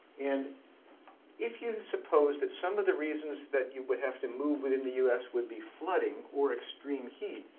and if you suppose that some of the reasons that you would have to move within the us would be flooding or extreme heat,